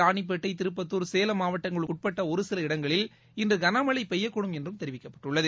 ராணிப்பேட்டை திருப்பத்துா் சேலம் மாவட்டங்களுக்கு உட்பட்ட ஒரு சில இடங்களில் இன்று களமழை பெய்யக்கூடும் என்றும் தெரிவிக்கப்பட்டுள்ளது